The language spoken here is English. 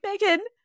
Megan